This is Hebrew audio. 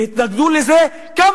והיתה התנגדות לכך בקרב תושבי השכונה,